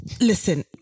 Listen